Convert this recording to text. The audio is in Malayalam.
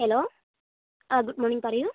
ഹലോ ആ ഗുഡ് മോണിംഗ് പറയൂ